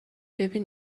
ببین